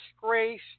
disgrace